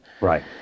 Right